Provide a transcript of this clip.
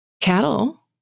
cattle